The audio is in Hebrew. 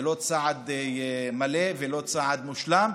זה לא צעד מלא ולא צעד מושלם,